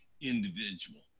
individual